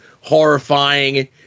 horrifying